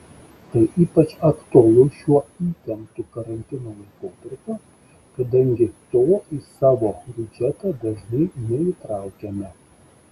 tai ypač aktualu šiuo įtemptu karantino laikotarpiu kadangi to į savo biudžetą dažnai neįtraukiame